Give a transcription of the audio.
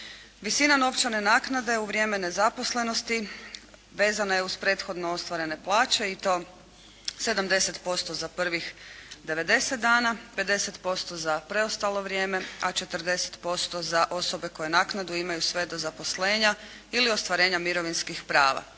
Visina novčane naknade u vrijeme nezaposlenosti vezana je uz prethodno ostvarene plaće i to 70% za prvih 90 dana, 50% za preostalo vrijeme, a 40% za osobe koje naknadu imaju sve do zaposlenja ili ostvarenja mirovinskih prava.